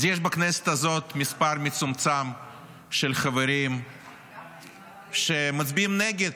אז יש בכנסת הזאת מספר מצומצם של חברים שמצביעים נגד,